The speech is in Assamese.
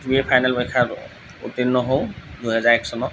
বি এ ফাইনেল পৰীক্ষাত উত্তীৰ্ণ হওঁ দুহেজাৰ এক চনত